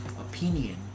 Opinion